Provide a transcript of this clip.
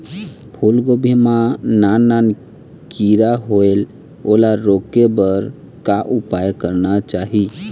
फूलगोभी मां नान नान किरा होयेल ओला रोके बर का उपाय करना चाही?